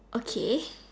okay